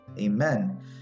Amen